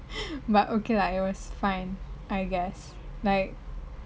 but okay lah it was fine I guess like